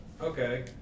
okay